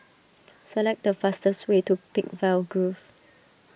select the fastest way to Peakville Grove